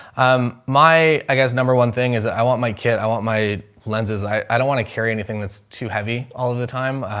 um, my, i guess number one thing is that i want my kid, i want my lenses. i i don't want to carry anything that's too heavy all of the time, ah,